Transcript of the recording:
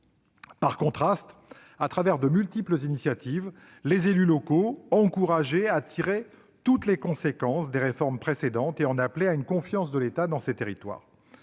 Par contraste, à travers de multiples initiatives, les élus locaux encourageaient à tirer toutes les conséquences des réformes précédentes et en appelaient à une confiance de l'État dans ses territoires.